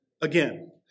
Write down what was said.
again